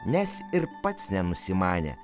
nes ir pats nenusimanė